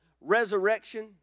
resurrection